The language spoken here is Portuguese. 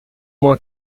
uma